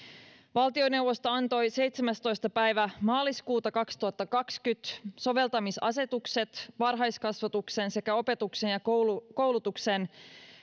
valtioneuvosto antoi seitsemästoista päivä maaliskuuta kaksituhattakaksikymmentä soveltamisasetukset varhaiskasvatuksen sekä opetuksen ja koulutuksen koulutuksen